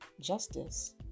justice